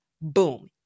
Boom